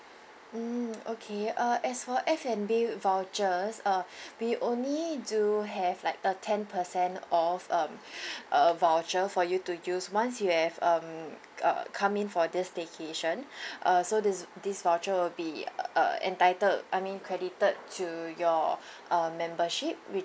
mm okay uh as for F&B vouchers uh we only do have like a ten percent off um uh voucher for you to use once you have um uh come in for this staycation uh so this this voucher will be uh entitled I mean credited to your uh membership which